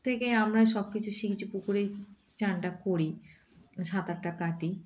থেকে আমরা সব কিছু শিখেছি পুকুরে স্নানটা করি সাঁতারটা কাটি